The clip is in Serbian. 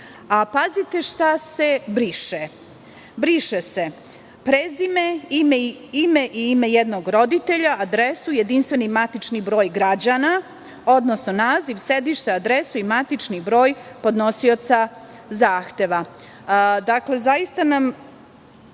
Pazite šta se briše. Briše se – prezime, ime i ime jednog roditelja, adresa, jedinstveni matični broj građana, odnosno, naziv, sedište, adresa i matični broj podnosioca zahteva. Zaista nam